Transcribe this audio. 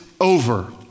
over